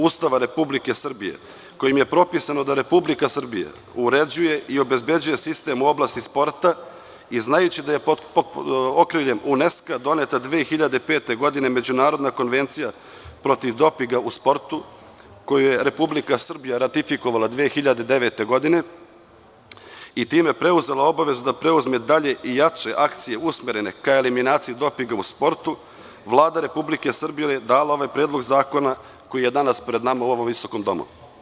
Ustava Republike Srbije, kojim je propisano da Republika Srbija uređuje i obezbeđuje sistem u oblasti sporta i znajući da je pod okriljem UNESK-a doneta 2005. godine Međunarodna konvencija protiv dopinga u sportu, koji je Republika Srbija ratifikovala 2009. godine i time preuzela obavezu da preuzme dalje i jače akcije usmerene ka eliminaciji dopinga u sportu, Vlada Republike Srbije je dala ovaj predlog zakona koji je danas pred nama u ovom visokom domu.